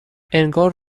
انگار